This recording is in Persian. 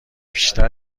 بیشتر